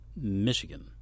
Michigan